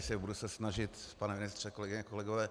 A budu se snažit, pane ministře, kolegyně a kolegové.